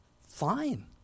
fine